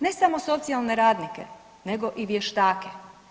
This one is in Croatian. Ne samo socijalne radnike, nego i vještake.